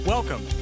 Welcome